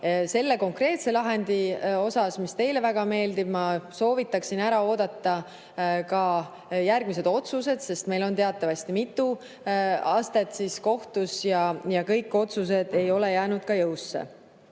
Selle konkreetse lahendi puhul, mis teile väga meeldib, soovitaksin ma ära oodata ka järgmised otsused, sest meil on teatavasti mitu kohtuastet ja kõik otsused ei ole jõusse